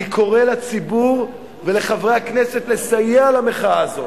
אני קורא לציבור ולחברי הכנסת לסייע למחאה הזו